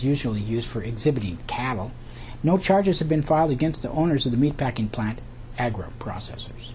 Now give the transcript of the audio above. usually used for exhibiting cattle no charges have been filed against the owners of the meat packing plant agriprocessors